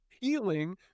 healing